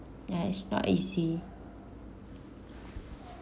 that's not easy